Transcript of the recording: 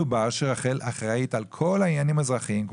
דובר על כך שרח"ל אחראית על כך העניינים האזרחיים,